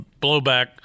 blowback